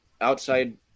outside